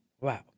wow